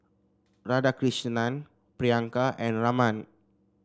Radhakrishnan Priyanka and Raman